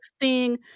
seeing